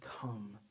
come